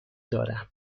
دارم